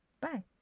bye